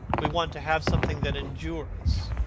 we want to have something that endures,